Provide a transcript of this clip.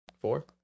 four